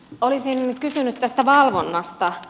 olisin kysynyt tästä valvonnasta